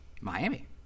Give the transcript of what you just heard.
Miami